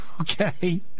okay